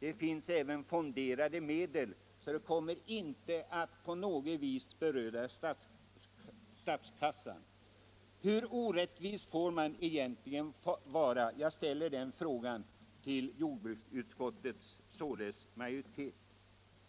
Det finns dessutom fonderade medel som inte på något vis skulle beröra statskassan. Jag ställer således frågan till jordbruksutskottets majoritet: Hur orättvis får man egentligen vara?